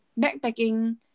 backpacking